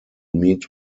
meet